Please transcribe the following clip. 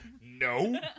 no